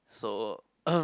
so